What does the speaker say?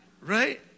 Right